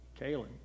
Kaylin